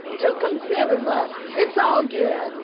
to consider, but it's all good.